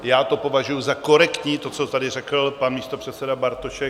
Já to považuji za korektní, co tady řekl pan místopředseda Bartošek.